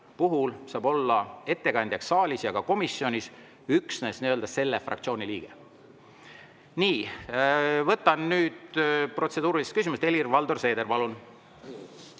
puhul olla ettekandjaks saalis ja ka komisjonis üksnes selle fraktsiooni liige. Nii. Võtan nüüd protseduurilised küsimused. Helir-Valdor Seeder, palun!